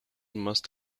must